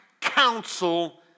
counsel